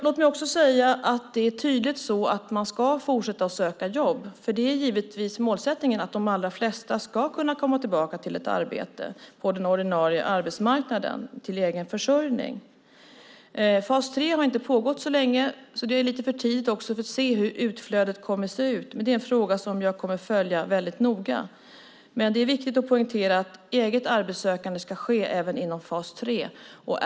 Låt mig säga att det är tydligt att man ska fortsätta att söka jobb, för målsättningen är givetvis att de allra flesta ska kunna komma tillbaka till ett arbete på den ordinarie arbetsmarknaden, till egen försörjning. Fas 3 har inte pågått så länge, så det är lite för tidigt att se hur utflödet kommer att bli, men det är en fråga som jag kommer att följa väldigt noga. Det är viktigt att poängtera att eget arbetssökande ska ske även inom fas 3.